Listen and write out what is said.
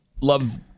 love